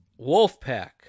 Wolfpack